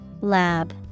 Lab